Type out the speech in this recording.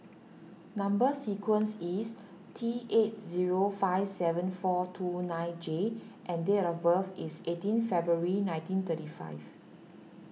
Number Sequence is T eight zero five seven four two nine J and date of birth is eighteen February nineteen thirty five